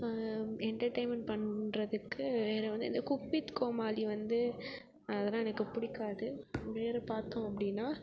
entertainment பண்ணுறதுக்கு எனக்கு வந்து இந்த குக் வித் கோமாளி வந்து அதெல்லாம் எனக்கு பிடிக்காது வேறே பார்த்தோம் அப்படின்னா